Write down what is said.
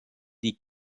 die